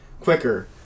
quicker